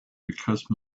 because